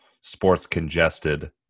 sports-congested